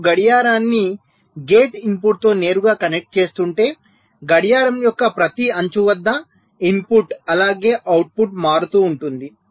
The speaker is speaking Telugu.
మీరు గడియారాన్ని గేట్ ఇన్పుట్తో నేరుగా కనెక్ట్ చేస్తుంటే గడియారం యొక్క ప్రతి అంచు వద్ద ఇన్పుట్ అలాగే అవుట్పుట్ మారుతూ ఉంటుంది